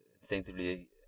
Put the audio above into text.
instinctively